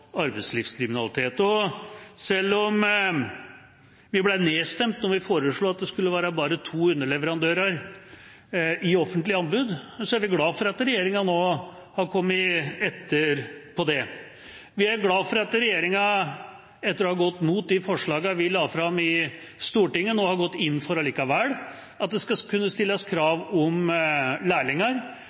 arbeidslivskriminalitet. Selv om vi ble nedstemt da vi foreslo at det skulle være bare to underleverandører i offentlige anbud, er vi glade for at regjeringa nå har kommet etter på det. Vi er glade for at regjeringa etter å ha gått mot de forslagene vi la fram i Stortinget, nå allikevel har gått inn for at det skal kunne stilles krav om lærlinger,